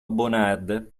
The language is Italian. bonard